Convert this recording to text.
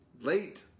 late